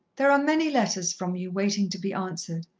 there are many letters from you waiting to be answered,